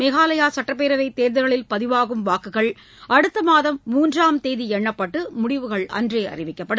மேகாலயா சட்டப்பேரவை தேர்தல்களில் பதிவாகும் வாக்குகள் அடுத்த மாதம் மூன்றாம் தேதி எண்ணப்பட்டு முடிவுகள் அன்றே அறிவிக்கப்படும்